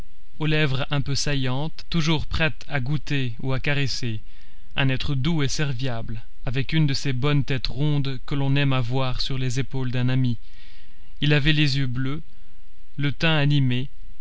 aux lèvres un peu saillantes toujours prêtes à goûter ou à caresser un être doux et serviable avec une de ces bonnes têtes rondes que l'on aime à voir sur les épaules d'un ami il avait les yeux bleus le teint animé